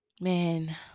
man